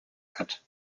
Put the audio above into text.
cut